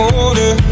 older